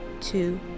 two